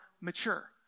mature